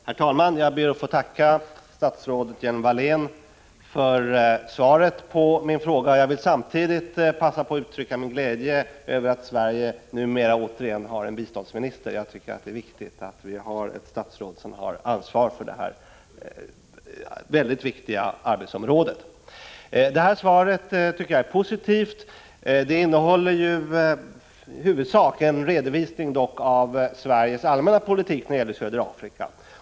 Herr talman! Jag ber att få tacka statsrådet Lena Hjelm-Wallén för svaret på min fråga. Samtidigt vill jag passa på att uttrycka min glädje över att Sverige numera återigen har en biståndsminister. Jag tycker att det är viktigt att vi har ett statsråd som har ansvar för det här mycket viktiga arbetsområdet. Jag tycker att svaret är positivt. Det utgörs dock i huvudsak av en redovisning av Sveriges allmänna politik när det gäller södra Afrika.